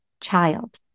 child